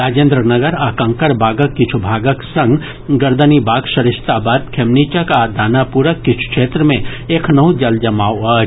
राजेन्द्र नगर आ कंकड़बागक किछ् भागक संग गर्दनीबाग सरिस्ताबाद खेमनीचक आ दानापुरक किछ् क्षेत्र मे एखनहॅ जल जमाव अछि